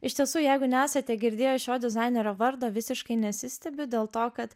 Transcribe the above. iš tiesų jeigu nesate girdėję šio dizainerio vardo visiškai nesistebiu dėl to kad